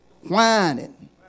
Whining